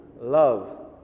love